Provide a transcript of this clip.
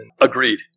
Agreed